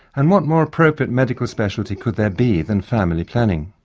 and what more appropriate medical specialty could there be than family planning.